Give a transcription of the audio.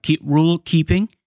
rule-keeping